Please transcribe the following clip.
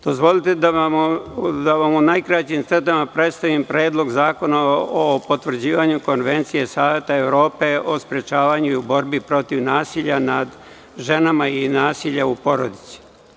Dozvolite da vam u najkraćim crtama predstavim Predlog zakona o potvrđivanju Konvencije Saveta Evrope o sprečavanju i u borbi protiv nasilja nad ženama i nasilja u porodici.